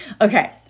Okay